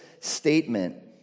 statement